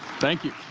thank you.